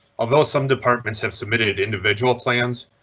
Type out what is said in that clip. although some departments have submitted individual plans,